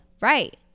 Right